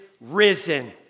risen